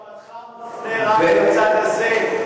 לא פלא שמבטך מופנה רק לצד הזה,